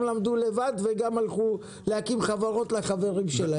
גם למדו לבד וגם הלכו להקים חברות לחברים שלהם.